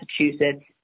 Massachusetts